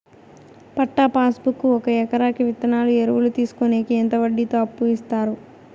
పట్టా passbook కి ఒక ఎకరాకి విత్తనాలు, ఎరువులు తీసుకొనేకి ఎంత వడ్డీతో అప్పు ఇస్తారు?